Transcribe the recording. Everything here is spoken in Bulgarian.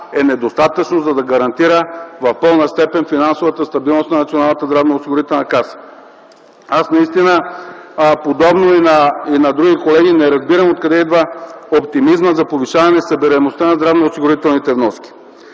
е недостатъчно, за да гарантира в пълна степен финансовата стабилност на Националната здравноосигурителна каса. Аз наистина, подобно и на други колеги, не разбирам откъде идва оптимизмът за повишаване събираемостта на здравноосигурителните вноски.